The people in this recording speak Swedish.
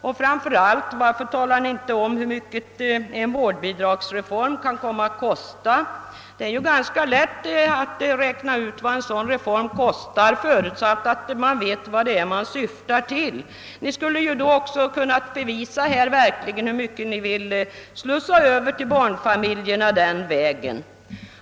Och framför allt: Varför talar ni inte om hur mycket en vårdbidragsreform kan komma att kosta? Det är ju ganska lätt att räkna ut vad en sådan reform kostar, förutsatt att man vet vad det är man syftar till. Ni skulle ju då också kunnat bevisa hur mycket ni verkligen vill slussa över till barnfamiljerna den vägen.